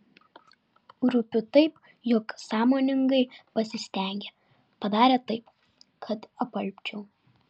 rūpiu taip jog sąmoningai pasistengė padarė taip kad apalpčiau